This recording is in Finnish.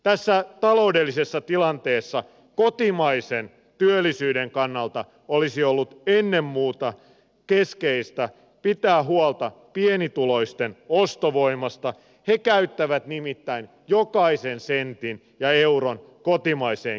tässä taloudellisessa tilanteessa kotimaisen työllisyyden kannalta olisi ollut ennen muuta keskeistä pitää huolta pienituloisten ostovoimasta he käyttävät nimittäin jokaisen sentin ja euron kotimaiseen kysyntään